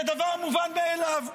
זה דבר מובן מאליו.